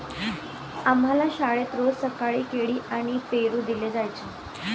आम्हाला शाळेत रोज सकाळी केळी आणि पेरू दिले जायचे